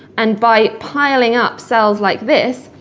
and by piling up cells like this,